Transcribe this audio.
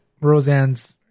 Roseanne's